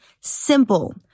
simple